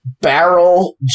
Barrel